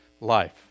life